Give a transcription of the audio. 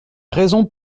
raison